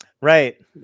Right